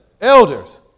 elders